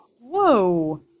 Whoa